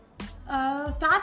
Start